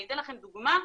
אני אתן לכם דוגמה,